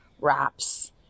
wraps